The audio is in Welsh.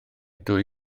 dwy